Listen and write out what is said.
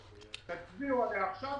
תצביעו עליה עכשיו,